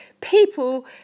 people